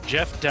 Jeff